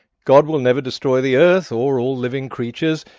god will never destroy the earth or all living creatures,